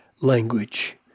language